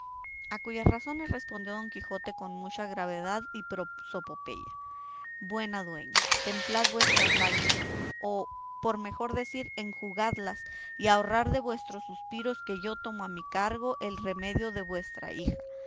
a cuyas razones respondió don quijote con mucha gravedad y prosopopeya buena dueña templad vuestras lágrimas o por mejor decir enjugadlas y ahorrad de vuestros suspiros que yo tomo a mi cargo el remedio de vuestra hija